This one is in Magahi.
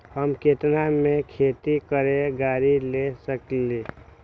हम केतना में खेती करेला गाड़ी ले सकींले?